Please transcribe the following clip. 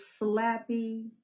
Slappy